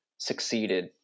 succeeded